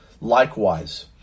likewise